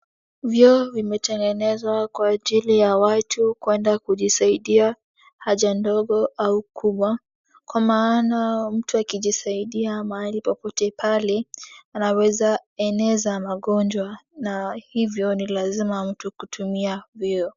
Vyoo vimetengenezwa kwa ajili ya watu kwenda kujisaidia haja ndogo au kubwa. Kwa maana mtu akijisaidia mahali popote pale, anaweza eneza magonjwa na hivyo ni lazima mtu kutumia vyoo.